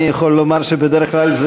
אני יכול לומר שבדרך כלל,